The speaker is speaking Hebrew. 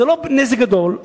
זה לא נזק גדול.